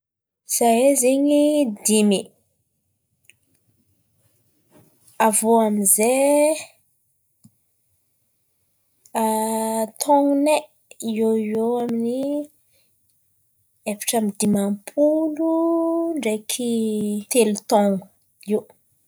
Izahay zen̈y dimy. Avy iô amin'izay taon̈onay? Eo ho eo amin'ny efatra amin'ny dimam-polo ndraiky telo taon̈o eo.